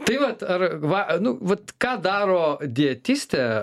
tai vat ar va nu vat ką daro dietistė